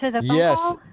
Yes